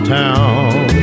town